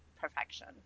perfection